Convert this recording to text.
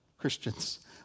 Christians